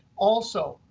also,